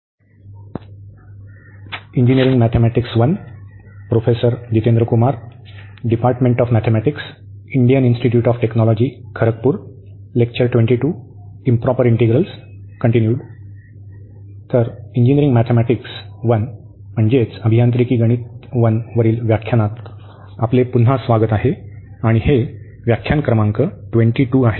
तर engineering mathematics म्हणजे अभियांत्रिकी गणित 1 वरील व्याख्यानात आपले पुन्हा स्वागत आहे आणि हे व्याख्यान क्रमांक 22 आहे